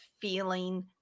feeling